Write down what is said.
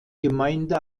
gemeinde